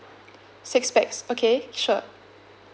six pax okay sure